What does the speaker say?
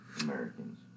Americans